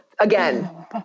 Again